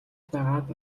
байгаад